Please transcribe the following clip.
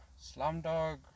Slumdog